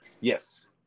Yes